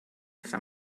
san